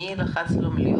האימא תוכל להיות יחד עם הילוד,